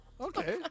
Okay